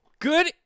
Good